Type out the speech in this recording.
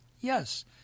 yes